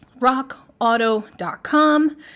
Rockauto.com